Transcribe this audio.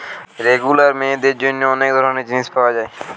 regular মেয়েদের জন্যে অনেক ধরণের জিনিস পায়া যায়